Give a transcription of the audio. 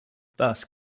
thus